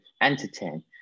entertain